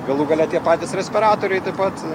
galų gale tie patys respiratoriai taip pat